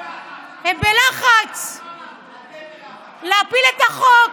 בלחץ להפיל את החוק.